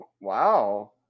Wow